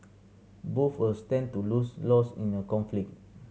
both will stand to lose lost in a conflict